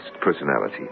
personality